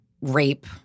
rape